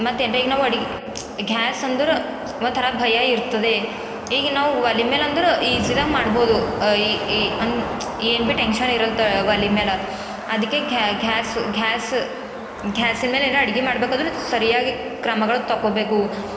ಮತ್ತೆ ಎಂತಾಗಿ ನಾವು ಅಡುಗೆ ಘ್ಯಾಸ್ ಅಂದ್ರೆ ಒಂಥರ ಭಯ ಇರ್ತದೆ ಈಗ ನಾವು ಒಲೆ ಮೇಲೆ ಅಂದ್ರೆ ಈಝಿಯಾಗಿ ಮಾಡ್ಬೋದು ಈ ಈ ಅನ್ ಏನು ಭೀ ಟೆನ್ಷನ್ ಇರೋಲ್ತದು ಒಲೆ ಮೇಲೆ ಅದಕ್ಕೆ ಘ್ಯಾಸ್ ಘ್ಯಾಸ್ ಘ್ಯಾಸಿನ ಮೇಲೆ ಏನಾದ್ರೂ ಅಡುಗೆ ಮಾಡ್ಬೇಕಾದ್ರೆ ಸರಿಯಾಗಿ ಕ್ರಮಗಳು ತಗೊಳ್ಬೇಕು